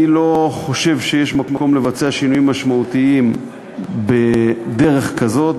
אני לא חושב שיש מקום לבצע שינויים משמעותיים בדרך כזאת,